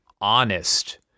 honest